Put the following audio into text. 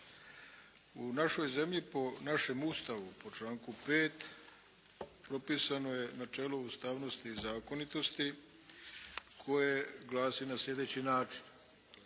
U našoj zemlji po našem Ustavu po članku 5. propisano je načelo ustavnosti i zakonitosti koje glasi na sljedeći način: